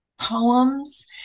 poems